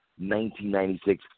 1996